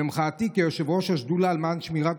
ומחאתי כיושב-ראש השדולה למען שמירת